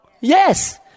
Yes